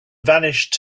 vanished